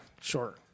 sure